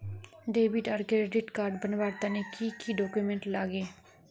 Debit आर credit card बनवार तने की की डॉक्यूमेंट लागे?